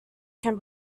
can